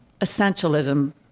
Essentialism